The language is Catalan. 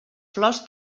flors